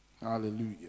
Hallelujah